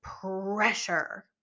pressure